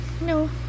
No